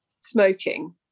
smoking